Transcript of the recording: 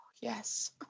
Yes